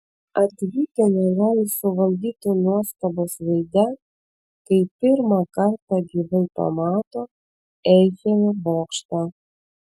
atvykę negali suvaldyti nuostabos veide kai pirmą kartą gyvai pamato eifelio bokštą